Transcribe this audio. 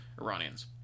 Iranians